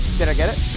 did i get it?